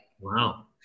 wow